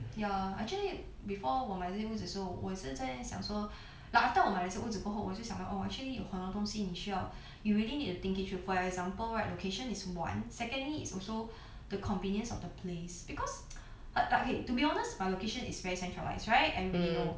ya actually before 我买这间屋子的时候我是在想说 like after that 我买这间屋子过后我就想到 oh actually 有很多东西你需要 you really need to think it through for example right location is one secondly is also the convenience of the place because like okay to be honest my location is very centralised right everybody know